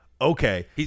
okay